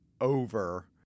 over